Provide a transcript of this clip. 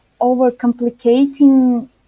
overcomplicating